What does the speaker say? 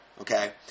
Okay